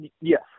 Yes